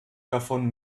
davon